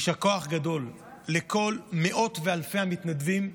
יישר כוח גדול לכל מאות ואלפי המתנדבים,